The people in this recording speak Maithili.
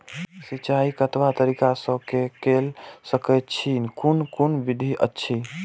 सिंचाई कतवा तरीका स के कैल सकैत छी कून कून विधि अछि?